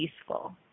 peaceful